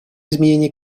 изменения